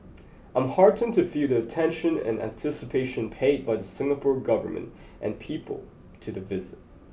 I'm heartened to feel the attention and anticipation paid by the Singapore Government and people to the visit